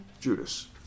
Judas